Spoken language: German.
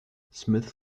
smith